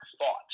thought